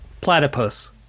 Platypus